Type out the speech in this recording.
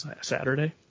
Saturday